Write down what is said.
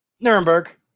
Nuremberg